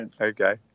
Okay